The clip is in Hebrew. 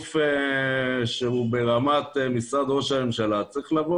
שגוף שהוא ברמת משרד ראש הממשלה צריך לבוא